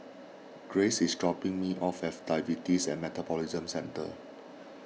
Grace is dropping me off at Diabetes and Metabolism Centre